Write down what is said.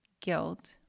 guilt